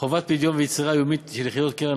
חובת פדיון ויצירה יומית של יחידות קרן